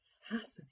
Fascinating